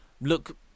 look